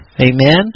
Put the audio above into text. amen